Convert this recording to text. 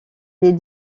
les